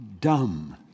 dumb